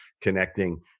connecting